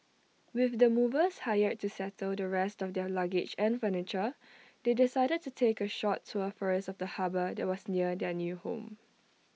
with the movers hired to settle the rest of their luggage and furniture they decided to take A short tour first of the harbour that was near their new home